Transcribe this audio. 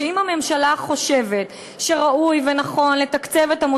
שאם הממשלה חושבת שראוי ונכון לתקצב אותם,